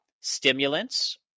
Stimulants